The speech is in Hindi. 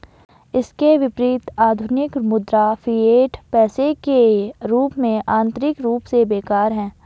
इसके विपरीत, आधुनिक मुद्रा, फिएट पैसे के रूप में, आंतरिक रूप से बेकार है